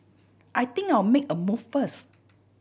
I think I'll make a move first